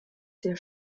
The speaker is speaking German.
der